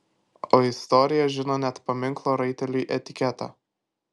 o istorija žino net paminklo raiteliui etiketą